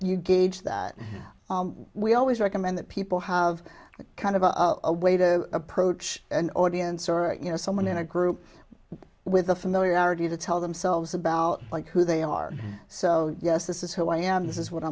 you gauge that we always recommend that people have that kind of a way to approach an audience or you know someone in a group with a familiarity to tell themselves about like who they are so yes this is who i am this is what